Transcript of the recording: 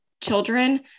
children